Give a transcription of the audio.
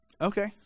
Okay